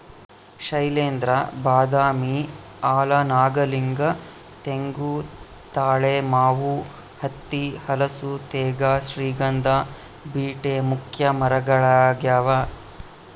ಶೈಲೇಂದ್ರ ಬಾದಾಮಿ ಆಲ ನಾಗಲಿಂಗ ತೆಂಗು ತಾಳೆ ಮಾವು ಹತ್ತಿ ಹಲಸು ತೇಗ ಶ್ರೀಗಂಧ ಬೀಟೆ ಮುಖ್ಯ ಮರಗಳಾಗ್ಯಾವ